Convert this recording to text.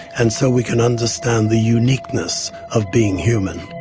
and so we can understand the uniqueness of being human.